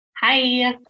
Hi